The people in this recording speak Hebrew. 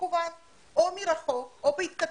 מקוון או מרחוק או בהתכתבות,